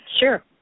sure